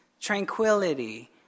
tranquility